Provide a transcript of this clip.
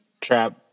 trap